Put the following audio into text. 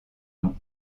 nom